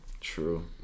True